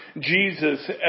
Jesus